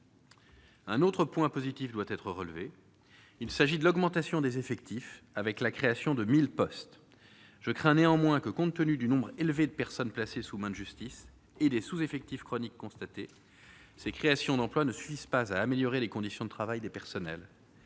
Un autre point positif doit être relevé, il s'agit de l'augmentation des effectifs, avec la création de 1000 postes je crains néanmoins que, compte tenu du nombre élevé de personnes placées sous main de justice et des sous-effectifs chroniques constatés ces créations d'emplois ne suffisent pas à améliorer les conditions de travail des personnels,